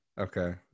Okay